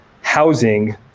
housing